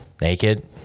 naked